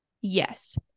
yes